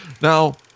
Now